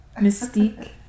mystique